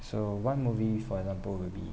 so one movie for example will be